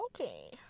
okay